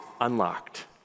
unlocked